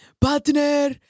partner